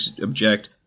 object